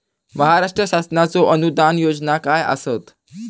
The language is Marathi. महाराष्ट्र शासनाचो अनुदान योजना काय आसत?